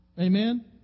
Amen